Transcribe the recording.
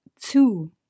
Two